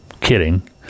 kidding